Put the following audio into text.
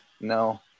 no